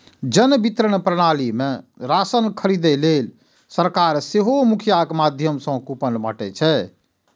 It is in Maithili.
जन वितरण प्रणाली मे राशन खरीदै लेल सरकार सेहो मुखियाक माध्यम सं कूपन बांटै छै